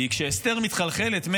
כי כשאסתר מתחלחלת,